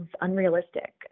unrealistic